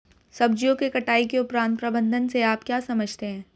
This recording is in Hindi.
सब्जियों के कटाई उपरांत प्रबंधन से आप क्या समझते हैं?